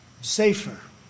safer